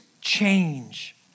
change